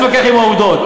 אל תתווכח על העובדות.